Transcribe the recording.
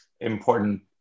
important